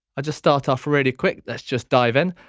ah just start off really quick let's just dive in,